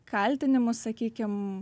kaltinimus sakykim